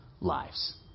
lives